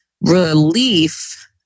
Relief